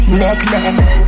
necklace